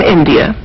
India